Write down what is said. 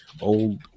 Old